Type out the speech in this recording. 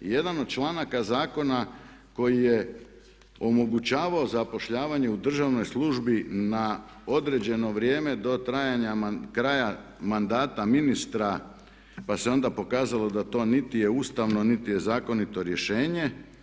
jedan od članaka zakona koji je omogućavao zapošljavanje u državnoj službi na određeno vrijeme do trajanja kraja mandata ministra, pa se onda pokazalo da to niti je ustavno niti je zakonito rješenje.